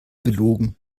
belogen